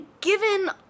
given